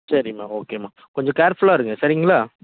சரிம்மா ஓகேம்மா கொஞ்சம் கேர்ஃபுலாக இருங்க சரிங்களா